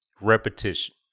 Repetition